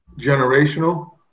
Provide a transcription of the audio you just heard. generational